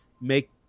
make